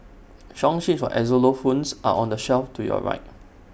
song sheets for xylophones are on the shelf to your right